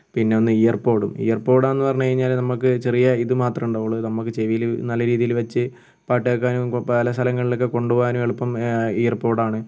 പിന്നൊന്ന് ഇയർ പോടും ഇയർ പോടാന്ന് പറഞ്ഞു കഴിഞ്ഞാൽ നമുക്ക് ചെറിയ ഇതുമാത്രമേ ഉണ്ടാവുള്ളു നമുക്ക് ചെവിയിൽ നല്ല രീതിയിൽ വെച്ച് പാട്ട് കേൾക്കാനും പല സ്ഥലങ്ങളിലൊക്കെ കൊണ്ട് പോവാനും എളുപ്പം ഇയർ പോടാണ്